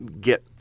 get